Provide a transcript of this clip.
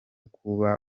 kuba